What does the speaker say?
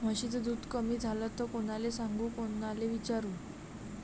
म्हशीचं दूध कमी झालं त कोनाले सांगू कोनाले विचारू?